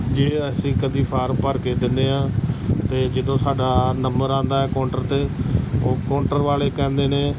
ਜੇ ਅਸੀਂ ਕਦੇ ਫਾਰਮ ਭਰ ਕੇ ਦਿੰਦੇ ਹਾਂ ਅਤੇ ਜਦੋਂ ਸਾਡਾ ਨੰਬਰ ਆਉਂਦਾ ਕਾਊਂਟਰ 'ਤੇ ਉਹ ਕਾਊਂਟਰ ਵਾਲੇ ਕਹਿੰਦੇ ਨੇ